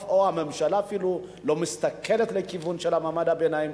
הממשלה אפילו לא מסתכלת לכיוון של מעמד הביניים.